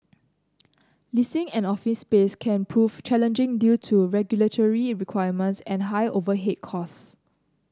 leasing an office space can prove challenging due to regulatory requirements and high overhead costs